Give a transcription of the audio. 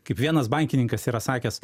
kaip vienas bankininkas yra sakęs